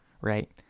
right